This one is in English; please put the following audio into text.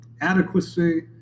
Adequacy